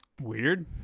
Weird